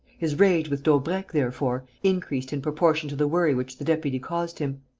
his rage with daubrecq, therefore, increased in proportion to the worry which the deputy caused him.